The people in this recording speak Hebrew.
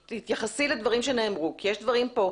אני רוצה שתתייחסי לדברים שנאמרו כי יש דברים כאן,